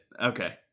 Okay